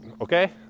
okay